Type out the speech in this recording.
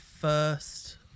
first